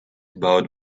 about